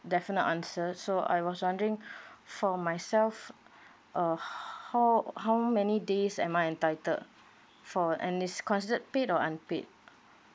definite answer so I was wondering for myself uh how how many days am I entitled for and is considered paid or unpaid